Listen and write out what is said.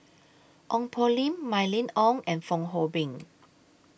Ong Poh Lim Mylene Ong and Fong Hoe Beng